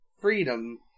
freedom